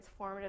transformative